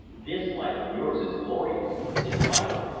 this life of yours is glorious, is vital,